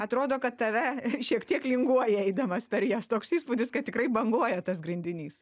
atrodo kad tave šiek tiek linguoja eidamas per jas toks įspūdis kad tikrai banguoja tas grindinys